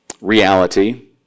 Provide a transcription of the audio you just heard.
reality